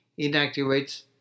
inactivates